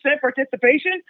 participation